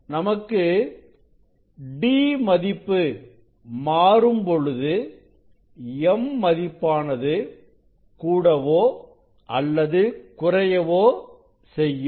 நமக்கு d மதிப்பு மாறும்பொழுது m மதிப்பானது கூடவோ அல்லது குறையவோ செய்யும்